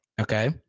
Okay